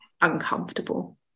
uncomfortable